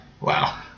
Wow